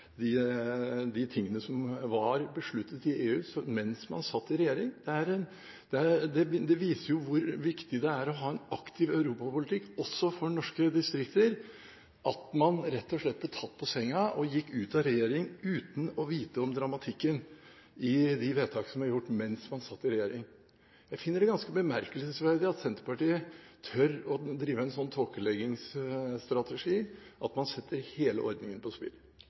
EU mens man satt i regjering. Det viser hvor viktig det er å ha en aktiv europapolitikk – også for norske distrikter – når man rett og slett ble tatt på senga og gikk ut av regjering uten å vite om dramatikken i de vedtak som ble gjort mens man satt i regjering. Jeg finner det ganske bemerkelsesverdig at Senterpartiet tør å drive en sånn tåkeleggingsstrategi som gjør at man setter hele ordningen på spill.